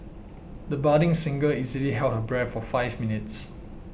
the budding singer easily held her breath for five minutes